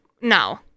No